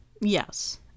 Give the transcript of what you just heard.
Yes